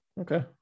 Okay